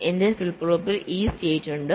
എന്റെ ഫ്ലിപ്പ് ഫ്ലോപ്പിൽ ഈ സ്റ്റേറ്റ് ഉണ്ട്